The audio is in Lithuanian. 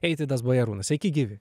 eitvydas bajarūnas sveiki gyvi